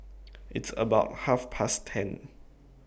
its about Half Past ten